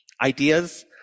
ideas